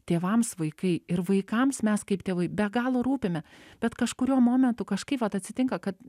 tėvams vaikai ir vaikams mes kaip tėvai be galo rūpime bet kažkuriuo momentu kažkaip vat atsitinka kad